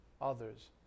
others